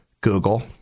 Google